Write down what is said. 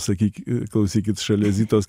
sakyk klausykit šalia zitos